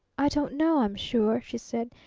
i don't know, i'm sure, she said.